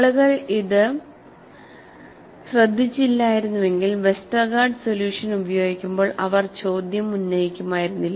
ആളുകൾ ഇത് ശ്രദ്ധിച്ചില്ലായിരുന്നുവെങ്കിൽ വെസ്റ്റർഗാർഡ് സൊല്യൂഷൻ ഉപയോഗിക്കുമ്പോൾ അവർ ചോദ്യം ഉന്നയിക്കുമായിരുന്നില്ല